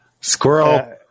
Squirrel